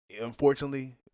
unfortunately